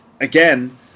again